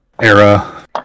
era